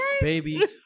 Baby